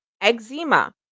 eczema